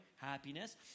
happiness